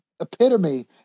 epitome